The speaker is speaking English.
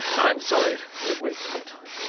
i'm sorry to have wasted your time,